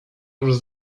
już